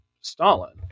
Stalin